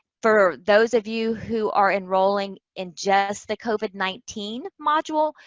for those of you who are enrolling in just the covid nineteen module,